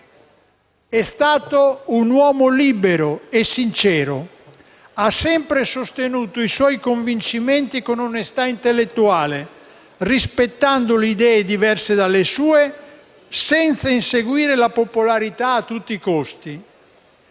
È stato un uomo libero e sincero. Ha sempre sostenuto i suoi convincimenti con onestà intellettuale, rispettando le idee diverse dalle sue, senza inseguire la popolarità a tutti i costi.